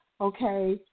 okay